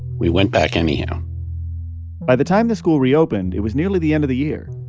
we went back anyhow by the time the school reopened, it was nearly the end of the year.